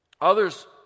Others